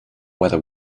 whether